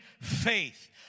faith